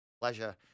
pleasure